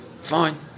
fine